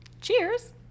Cheers